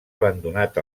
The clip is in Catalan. abandonat